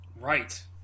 Right